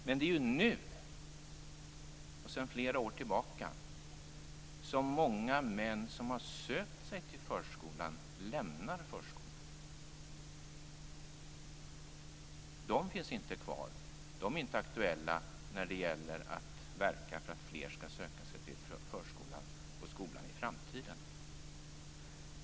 Men det är ju nu som många män som har sökt sig till förskolan lämnar den. De finns inte kvar. De är inte aktuella när det gäller att verka för att fler män skall söka sig till skolan och förskolan i framtiden.